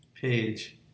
page